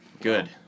Good